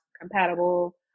compatible